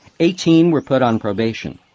eighteen were put on probation.